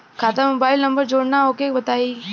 खाता में mobile number जोड़ना ओके बताई?